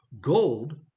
gold